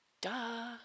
Duh